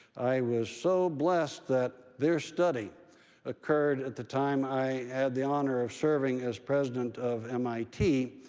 i was so blessed that their study occurred at the time i had the honor of serving as president of mit,